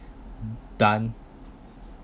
done